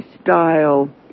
style